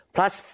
Plus